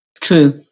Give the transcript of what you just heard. true